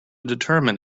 determine